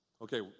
Okay